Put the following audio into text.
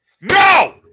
No